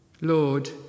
Lord